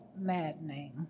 maddening